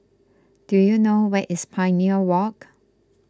do you know where is Pioneer Walk